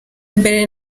mbere